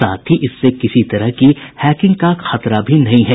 साथ ही इससे किसी तरह की हैकिंग का खतरा भी नहीं है